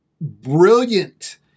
brilliant